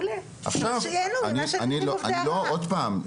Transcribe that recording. עוד פעם,